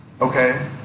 okay